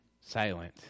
silent